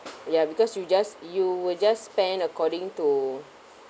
ya because you just you will just spend according to